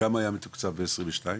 כמה היה מתוקצב ב-22?